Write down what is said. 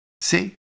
See